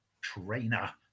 trainer